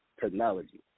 Technology